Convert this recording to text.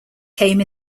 came